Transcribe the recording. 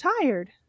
tired